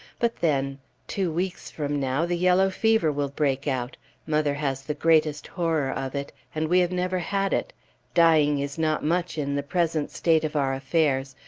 but then two weeks from now the yellow fever will break out mother has the greatest horror of it, and we have never had it dying is not much in the present state of our affairs,